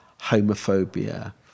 homophobia